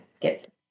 get